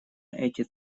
эти